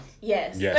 Yes